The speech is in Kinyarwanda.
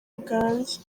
bwanjye